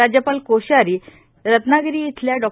राज्यपाल कोश्यारी हे रत्नागिरी इथल्या डॉ